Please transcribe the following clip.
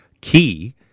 key